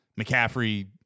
McCaffrey